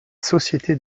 société